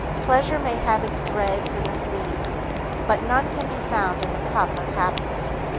pleasure may have its dregs and its lees but none can be found in the cup of happiness.